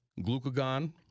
Glucagon